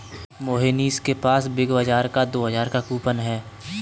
मोहनीश के पास बिग बाजार का दो हजार का कूपन है